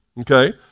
okay